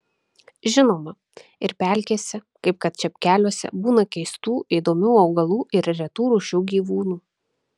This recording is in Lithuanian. žinoma ir pelkėse kaip kad čepkeliuose būna keistų įdomių augalų ir retų rūšių gyvūnų